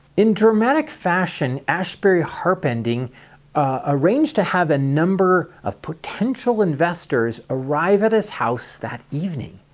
in dramatic fashion, asbury harpending arranged to have a number of potential investors arrive at his house that evening,